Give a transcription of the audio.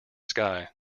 sky